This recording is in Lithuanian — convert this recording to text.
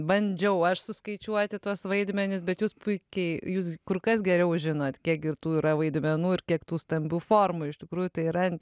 bandžiau aš suskaičiuoti tuos vaidmenis bet jūs puikiai jūs kur kas geriau žinot kiek gi ir tų yra vaidmenų ir kiek tų stambių formų iš tikrųjų tai yra